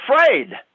afraid